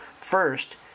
First